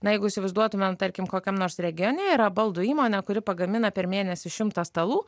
na jeigu įsivaizduotumėm tarkim kokiam nors regione yra baldų įmonė kuri pagamina per mėnesį šimtą stalų